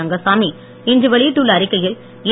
ரங்கசாமி இன்று வெளியிட்டள்ள அறிக்கையில் என்